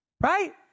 Right